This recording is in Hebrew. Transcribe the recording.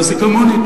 תעשי כמוני,